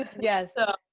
yes